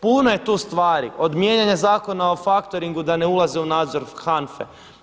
Puno je tu stvari od mijenjana Zakona o faktoringu da ne ulaze u nadzor HANFA-e.